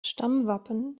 stammwappen